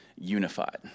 unified